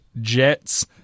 Jets